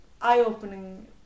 eye-opening